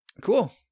Cool